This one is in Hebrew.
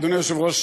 אדוני היושב-ראש,